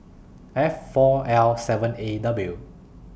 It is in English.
F four L seven A W